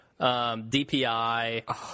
DPI